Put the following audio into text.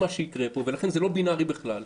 כך שזה לא בינארי בכלל.